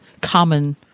common